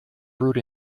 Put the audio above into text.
brewed